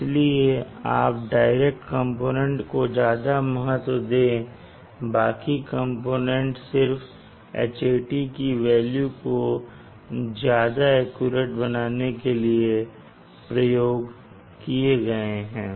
इसलिए आप direct component को ज्यादा महत्व दें बाकी कंपोनेंट सिर्फ Hat की वेल्यू को ज्यादा एक्यूरेट बनाने के लिए प्रयोग किए गए हैं